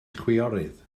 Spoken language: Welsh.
chwiorydd